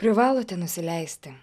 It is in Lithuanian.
privalote nusileisti